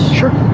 sure